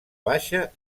baixa